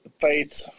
faith